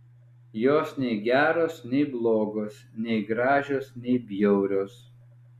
jos nei geros nei blogos nei gražios nei bjaurios